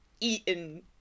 eaten